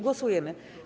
Głosujemy.